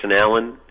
Allen